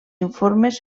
informes